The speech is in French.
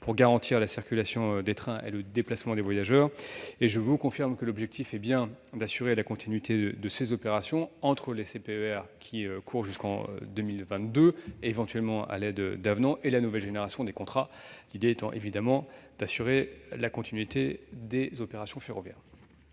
pour garantir la circulation des trains et le déplacement des voyageurs. Je vous confirme que l'objectif est bien d'assurer la continuité de ces opérations entre les CPER, qui courent jusqu'en 2022, éventuellement à l'aide d'avenants, et la nouvelle génération des contrats, l'idée étant évidemment d'assurer la continuité du service public ferroviaire.